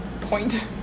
point